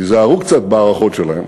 ייזהרו קצת בהערכות שלהם.